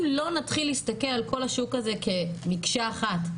אם לא נתחיל להסתכל על כל השוק הזה כמקשה אחת,